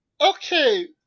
Okay